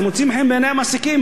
זה מוצא חן בעיני המעסיקים,